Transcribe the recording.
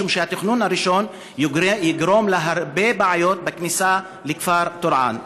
משום שהתכנון הראשון יגרום להרבה בעיות בכניסה לכפר טורעאן.